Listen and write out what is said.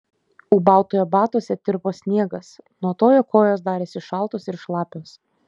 ūbautojo batuose tirpo sniegas nuo to jo kojos darėsi šaltos ir šlapios